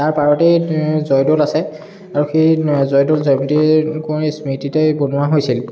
তাৰ পাৰতেই জয়দ'ল আছে আৰু সেই জয়দ'ল জয়মতী কোঁৱৰীৰ স্মৃতিতেই বনোৱা হৈছিল